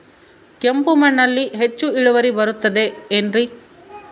ಕೆಂಪು ಮಣ್ಣಲ್ಲಿ ಹೆಚ್ಚು ಇಳುವರಿ ಬರುತ್ತದೆ ಏನ್ರಿ?